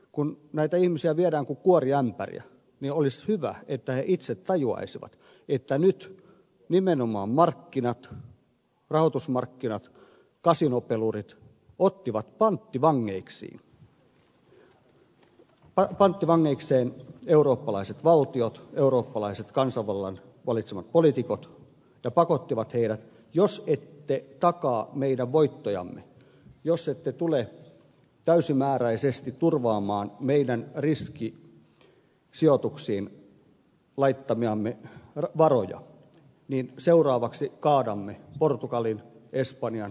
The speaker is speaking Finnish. kun näitä ihmisiä viedään kuin kuoriämpäriä niin olisi hyvä että he itse tajuaisivat että nyt nimenomaan markkinat rahoitusmarkkinat kasinopelurit ottivat panttivangeikseen eurooppalaiset valtiot eurooppalaiset kansanvallan valitsemat poliitikot ja pakottivat heitä että jos ette takaa meidän voittojamme jos ette tule täysimääräisesti turvaamaan meidän riskisijoituksiin laittamiamme varoja niin seuraavaksi kaadamme portugalin espanjan jopa englannin